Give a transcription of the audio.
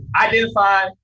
identify